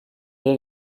est